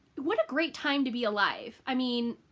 what a great time to be alive! i mean,